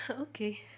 Okay